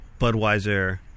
Budweiser